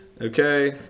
Okay